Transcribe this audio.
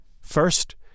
First